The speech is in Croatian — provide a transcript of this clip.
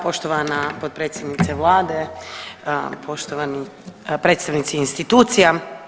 Poštovana potpredsjednice vlade, poštovani predstavnici institucija.